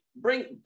bring